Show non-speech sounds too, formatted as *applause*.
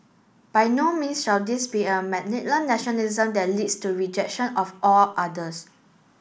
by no means shall this be a *unintelligible* nationalism that leads to rejection of all others